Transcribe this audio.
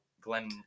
Glenn